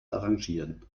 arrangieren